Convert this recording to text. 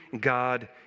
God